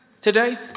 today